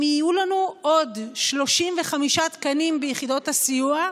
אם יהיו לנו עוד 35 תקנים ביחידות הסיוע,